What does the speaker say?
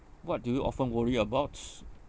what do you often worry about